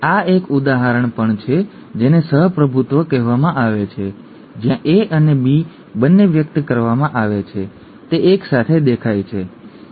અને આ એક ઉદાહરણ પણ છે જેને સહ પ્રભુત્વ કહેવામાં આવે છે જ્યાં A અને B બંને વ્યક્ત કરવામાં આવે છે તે એક સાથે દેખાય છે ઠીક છે